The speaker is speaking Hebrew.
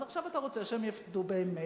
אז עכשיו אתה רוצה שהם יפחדו באמת.